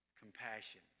compassion